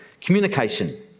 Communication